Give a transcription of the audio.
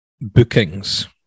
bookings